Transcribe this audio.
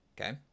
Okay